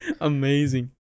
Amazing